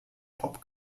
pop